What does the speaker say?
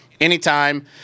anytime